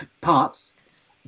parts